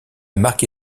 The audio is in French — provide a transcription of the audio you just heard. marqué